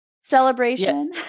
celebration